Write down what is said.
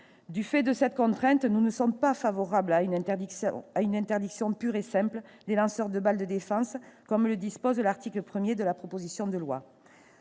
Du fait de cette contrainte, nous ne sommes pas favorables à une interdiction pure et simple des lanceurs de balles de défense, comme le dispose l'article 1 de la proposition de loi.